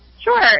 Sure